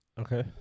Okay